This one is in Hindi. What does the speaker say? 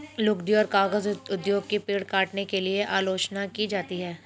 लुगदी और कागज उद्योग की पेड़ काटने के लिए आलोचना की जाती है